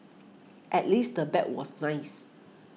at least the bag was nice